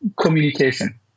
communication